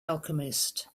alchemist